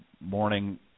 morning